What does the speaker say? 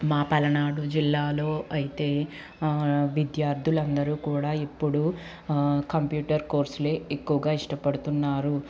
మా పలనాడు జిల్లాలో అయితే విద్యార్దులందరూ కూడా ఇప్పుడు కంప్యూటర్ కోర్సులే ఎక్కువుగా ఇష్టపడుతున్నారు